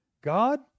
God